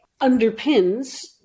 underpins